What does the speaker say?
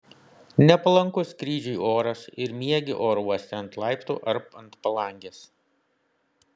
nepalankus skrydžiui oras ir miegi oro uoste ant laiptų ar ant palangės